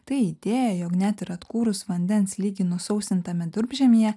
tai idėja jog net ir atkūrus vandens lygį nusausintame durpžemyje